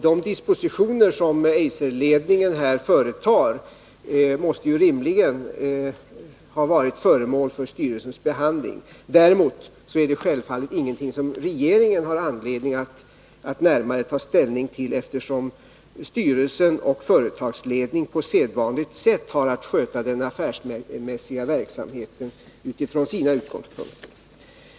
De dispositioner som Eiserledningen här företar måste ju rimligen ha varit föremål för styrelsens behandling. Däremot är det självfallet ingenting som regeringen har anledning att närmare ta ställning till, eftersom styrelsen och företagsled ningen på sedvanligt sätt har att sköta den affärsmässiga verksamheten utifrån sina utgångspunkter.